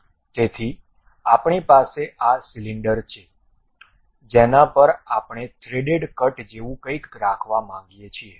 તેથી આપણી પાસે આ સિલિન્ડર છે જેના પર આપણે થ્રેડેડ કટ જેવું કંઈક રાખવા માગીએ છીએ